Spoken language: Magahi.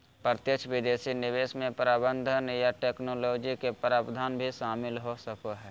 प्रत्यक्ष विदेशी निवेश मे प्रबंधन या टैक्नोलॉजी के प्रावधान भी शामिल हो सको हय